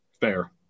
fair